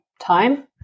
time